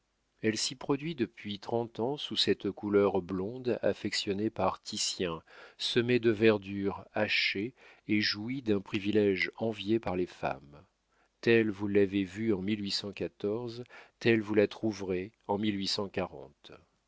elle s'y produit depuis trente ans sous cette couleur blonde affectionnée par titien semée de verdure hachée et jouit d'un privilége envié par les femmes telle vous l'avez vue en elle vous la trouverez en